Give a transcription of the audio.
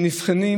נבחנות